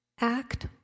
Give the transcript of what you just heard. act